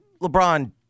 LeBron